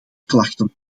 klachten